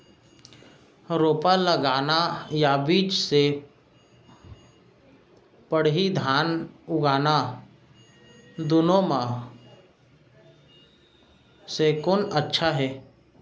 रोपा लगाना या बीज से पड़ही धान उगाना दुनो म से कोन अच्छा हे?